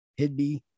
Hidby